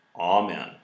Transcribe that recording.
Amen